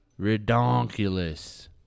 redonkulous